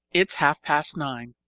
it is half past nine.